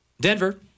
Denver